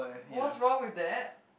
what's wrong with that